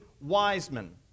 Wiseman